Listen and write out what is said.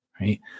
Right